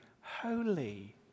holy